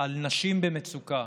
לנשים במצוקה,